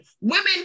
Women